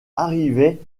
arrivait